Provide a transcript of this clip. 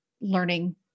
learning